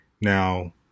Now